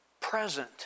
present